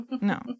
No